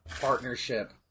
partnership